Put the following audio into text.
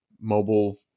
mobile